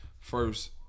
first